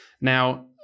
now